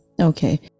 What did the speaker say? Okay